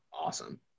awesome